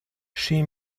she